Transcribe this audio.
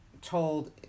told